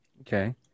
Okay